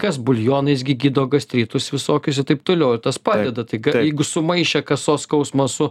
kas buljonais gi gydo gastritus visokius i taip toliau ir tas padeda tai jeigu sumaišė kasos skausmą su